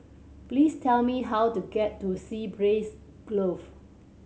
please tell me how to get to Sea Breeze Grove